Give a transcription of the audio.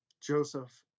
Joseph